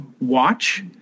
watch